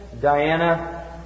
Diana